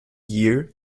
year